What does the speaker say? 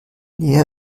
lea